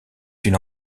une